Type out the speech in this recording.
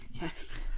yes